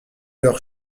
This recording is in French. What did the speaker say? leur